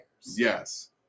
Yes